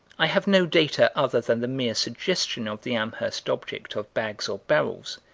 i have no data other than the mere suggestion of the amherst object of bags or barrels,